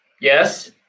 yes